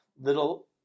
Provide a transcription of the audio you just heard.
little